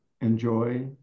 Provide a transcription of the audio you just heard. enjoy